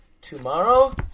tomorrow